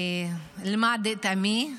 "למד את עמי".